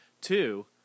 two